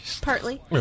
Partly